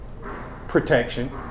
protection